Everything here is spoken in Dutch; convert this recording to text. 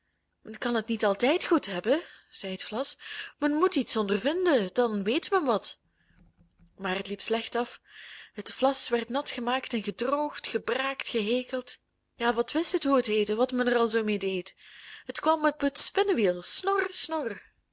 men kan het niet altijd goed hebben zei het vlas men moet iets ondervinden dan weet men wat maar het liep slecht af het vlas werd nat gemaakt en gedroogd gebraakt en gehekeld ja wat wist het hoe het heette wat men er al zoo mee deed het kwam op het spinnewiel